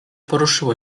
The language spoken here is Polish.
poruszyło